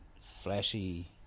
flashy